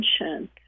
attention